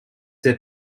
their